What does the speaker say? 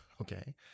okay